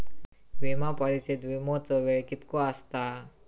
विमा पॉलिसीत विमाचो वेळ कीतको आसता?